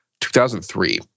2003